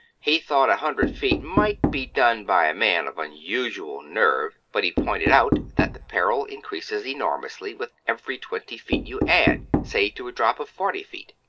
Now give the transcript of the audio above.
he thought a hundred feet might be done by a man of unusual nerve, but he pointed out that the peril increases enormously with every twenty feet you add, say to a drop of forty feet.